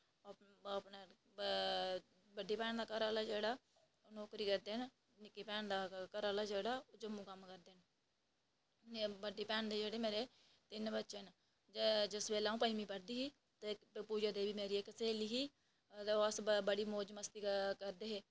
बड्डी भैन दा घरै आह्ला जेह्ड़ा नौकरी करदे निक्की भैन दा घरै आह्ला जेह्ड़ा ओह् जम्मू कम्म करदे बड्डी भैन दे जेह्ड़े मेरे तीन बच्चे न जिस बेल्लै अंऊ पंञमीं पढ़दी ही ते पूजा देवी मेरी इक्क स्हेली ही ते अस बड़ी मौज़ मस्ती करदे हे